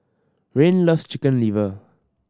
Rayne loves Chicken Liver